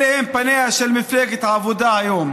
אלה הם פניה של מפלגת העבודה היום.